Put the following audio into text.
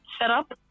setup